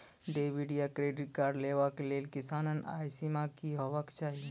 Debit या credit card लेवाक लेल किसानक आय सीमा की हेवाक चाही?